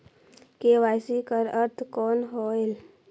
KYC कर अर्थ कौन होएल?